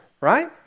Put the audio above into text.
right